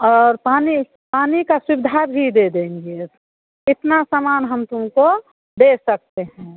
और पानी पानी का सुविधा भी दे देंगे एतना समान हम तुमको दे सकते हैं